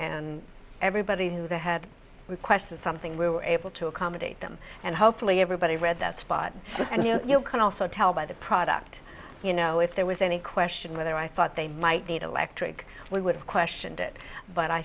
and everybody who they had requested something we were able to accommodate them and hopefully everybody read that spot and you can also tell by the product you know if there was any question whether i thought they might need electric we would have questioned it but i